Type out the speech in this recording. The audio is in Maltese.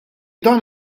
dan